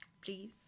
Please